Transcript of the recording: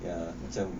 ya macam